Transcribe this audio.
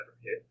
hit